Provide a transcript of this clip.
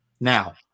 now